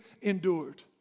endured